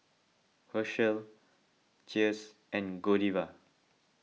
Herschel Cheers and Godiva